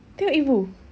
tengok ibu